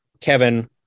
Kevin